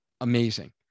amazing